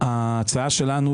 ההצעה שלנו,